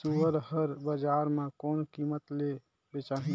सुअर हर बजार मां कोन कीमत ले बेचाही?